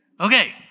Okay